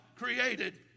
created